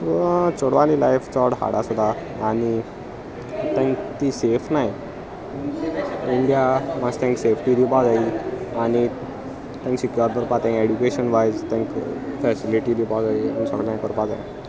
चेडवाली life चोड hard आसोता आनी तांकां ती सेफ नाय इंडिया मातश तांकां सेफ्टी दिवपा जायी आनी तांकां सिक्यर करपा ते एड्युकेशन वायज तांकां फेसिलिटी दिवपा जाय सगळें करपा जाय